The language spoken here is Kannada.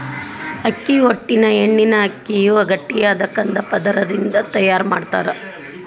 ಅಕ್ಕಿ ಹೊಟ್ಟಿನ ಎಣ್ಣಿನ ಅಕ್ಕಿಯ ಗಟ್ಟಿಯಾದ ಕಂದ ಪದರದಿಂದ ತಯಾರ್ ಮಾಡ್ತಾರ